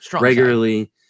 regularly